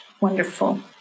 Wonderful